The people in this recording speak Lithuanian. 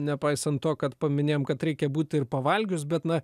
nepaisant to kad paminėjom kad reikia būti ir pavalgius bet na